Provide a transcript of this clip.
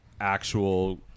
actual